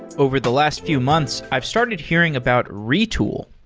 over the last few months, i've started hearing about retool.